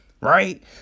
right